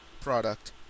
product